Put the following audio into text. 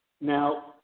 Now